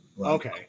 Okay